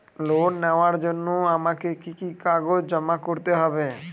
Loan নেওয়ার জন্য আমাকে কি কি কাগজ জমা করতে হবে?